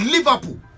Liverpool